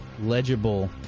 legible